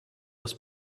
was